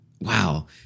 Wow